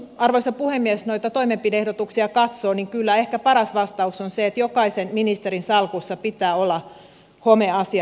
mutta arvoisa puhemies kun noita toimenpide ehdotuksia katsoo niin kyllä ehkä paras vastaus on se että jokaisen ministerin salkussa pitää olla homeasiat